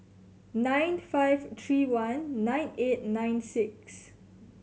nine five three one nine eight nine six